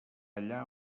allà